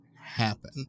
happen